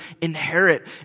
inherit